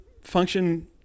function